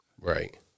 Right